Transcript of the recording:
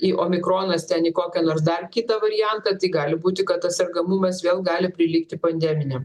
į o mikronas ten į kokią nors dar kitą variantą tik gali būti kad sergamumas vėl gali prilygti pandeminiam